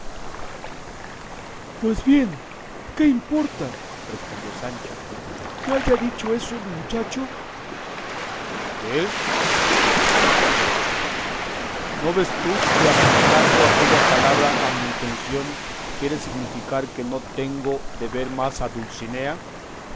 pues bien qué importa respondió sancho que haya dicho eso el mochacho qué replicó don quijote no vees tú que aplicando aquella palabra a mi intención quiere significar que no tengo de ver más a dulcinea